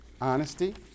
honesty